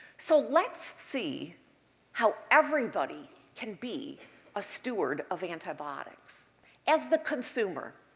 so, let's see how everybody can be a steward of antibiotics as the consumer.